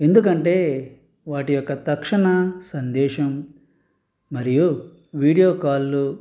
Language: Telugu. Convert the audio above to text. ఎందుకంటే వాటి యొక్క తక్షణ సందేశం మరియు వీడియోకాల్లు